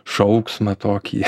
šauksmą tokį